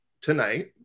tonight